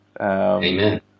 Amen